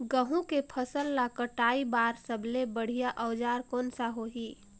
गहूं के फसल ला कटाई बार सबले बढ़िया औजार कोन सा होही?